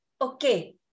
okay